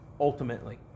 ultimately